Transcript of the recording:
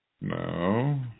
no